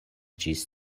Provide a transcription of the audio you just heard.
ĝis